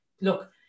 look